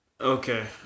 Okay